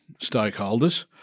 stakeholders